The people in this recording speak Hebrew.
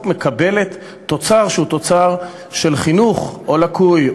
מקבלת תוצר שהוא תוצר של חינוך או לקוי,